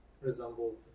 resembles